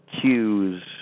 cues